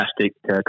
fantastic